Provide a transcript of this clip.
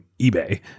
ebay